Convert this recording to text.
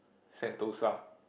Sentosa